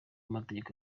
amategeko